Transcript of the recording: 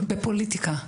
בפוליטיקה,